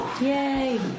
Yay